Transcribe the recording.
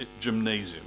gymnasium